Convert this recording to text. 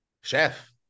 Chef